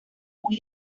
muy